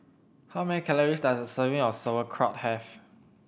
how many calories does a serving of Sauerkraut have